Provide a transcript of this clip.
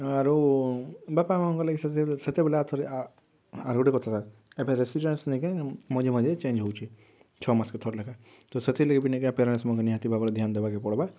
ଆରୁ ବାପା ମାଆ ବେଲେ ବି ସେତେବେଲେ ଆଉଥରେ ଆର୍ ଗୁଟେ କଥା ଏବେ ରେସିଡ଼େନ୍ସ୍ ନାଇ କାଏଁ ମଝି ମଝିରେ ଚେଞ୍ଜ୍ ହେଉଛେ ଛଅ ମାସ୍କେ ଥରେ ଲେଖା ତ ସେଥିର୍ ଲାଗି ବି ନେଇ କାଏଁ ପେରେଣ୍ଟ୍ସ୍ ମାନ୍ଙ୍କେ ନିହାତି ଭାବରେ ଧ୍ୟାନ୍ ଦେବାର୍କେ ପଡ଼୍ବା